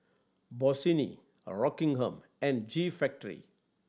Bossini Rockingham and G Factory